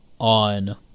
on